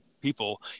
people